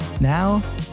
Now